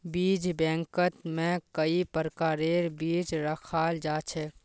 बीज बैंकत में कई प्रकारेर बीज रखाल जा छे